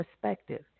perspective